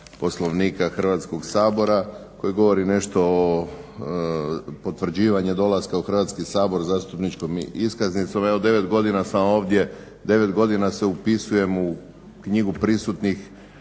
Poslovnika Hrvatskog sabora koji govori nešto o potvrđivanje dolaska u Hrvatski sabor zastupničkom iskaznicom. Evo 9 godina sam ovdje, 9 godina se upisujem u Knjigu prisutnih,